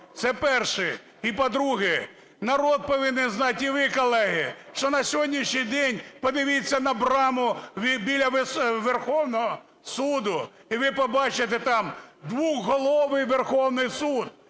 Це перше. І, по-друге. Народ повинен знати і ви, колеги, що на сьогоднішній день, подивіться на браму біля Верховного Суду, і ви побачите там двоголовий Верховний Суд